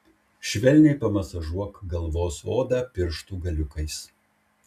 švelniai pamasažuok galvos odą pirštų galiukais